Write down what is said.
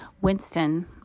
Winston